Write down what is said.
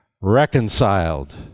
Reconciled